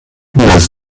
does